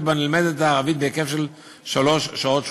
שבה נלמדת הערבית בהיקף של שלוש שעות שבועיות.